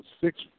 six